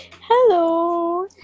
Hello